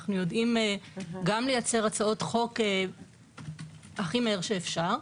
אנחנו יודעים גם לייצר הצעות חוק הכי מהר שאפשר.